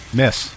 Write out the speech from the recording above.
miss